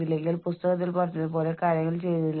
അതുമല്ലെങ്കിൽ ഞാൻ അതിന് അത്ര പ്രാധാന്യം നൽകുന്നില്ല